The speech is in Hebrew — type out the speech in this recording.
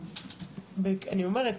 אני אומרת,